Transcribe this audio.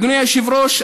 אדוני היושב-ראש,